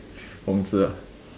Hong-Zi ah